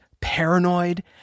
paranoid